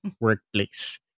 workplace